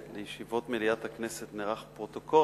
שלישיבות מליאת הכנסת נערך פרוטוקול,